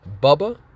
Bubba